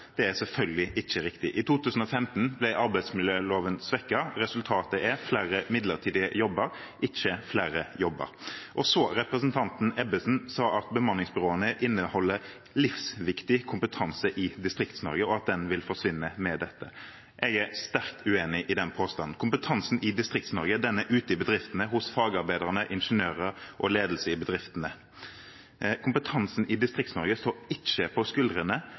Det er selvfølgelig ikke riktig. I 2015 ble arbeidsmiljøloven svekket. Resultatet er flere midlertidige jobber, ikke flere jobber. Så sa representanten Ebbesen at bemanningsbyråene representerer livsviktig kompetanse i Distrikts-Norge, og at den vil forsvinne med dette. Jeg er sterkt uenig i den påstanden. Kompetansen i Distrikts-Norge er ute i bedriftene, hos fagarbeiderne, ingeniørene og ledelsen i bedriftene. Kompetansen i Distrikts-Norge står ikke på skuldrene